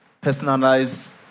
personalized